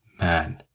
man